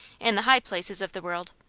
in the high places of the world.